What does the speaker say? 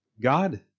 God